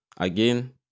Again